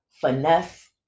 finesse